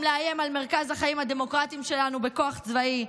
לאיים על מרכז החיים הדמוקרטיים שלנו בכוח צבאי,